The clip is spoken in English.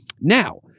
Now